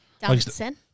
Dancing